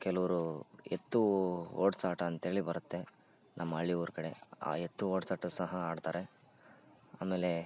ಕೆಲವರು ಎತ್ತು ಓಡಿಸೋ ಆಟ ಅಂಥೇಳಿ ಬರುತ್ತೆ ನಮ್ಮ ಹಳ್ಳಿ ಊರು ಕಡೆ ಆ ಎತ್ತು ಓಡ್ಸಾಟ ಸಹ ಆಡ್ತಾರೆ ಆಮೇಲೆ